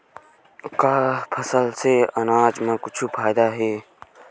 का फसल से आनाज मा कुछु फ़ायदा हे?